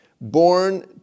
born